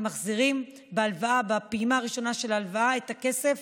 הם מחזירים בפעימה הראשונה של ההלוואה את הכסף